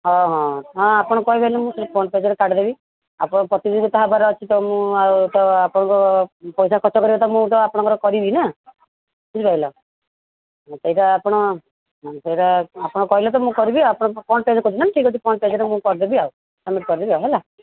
ହଁ ହଁ ହଁ ଆପଣ କହିଦେଲେ ମୁଁ ଫ୍ରଣ୍ଟ୍ ପେଜ୍ରେ କାଢ଼ିଦେବି ଆପଣଙ୍କ ପ୍ରତିଯୋଗିତା ହେବାର ଅଛି ତ ମୁଁ ଆଉ ତ ଆପଣଙ୍କୁ ପଇସା ଖର୍ଚ୍ଚ କରିବା ତ ମୁଁ ଆଉ ଆପଣଙ୍କର କରିବି ନା ବୁଝିପାଇଲ ସେଇଟା ଆପଣ ସେଇଟା ଆପଣ କହିଲେ ତ ମୁଁ କରିବି ଆପଣ ଫ୍ରଣ୍ଟ୍ ପେଜ୍ରେ କହୁଛନ୍ତି ଠିକ ଅଛି ମୁଁ ଫ୍ରଣ୍ଟ୍ ପେଜ୍ରେ କରିଦେବି ଆଉ ସବମିଟ୍ କରିଦେବି ଆଉ ହେଲା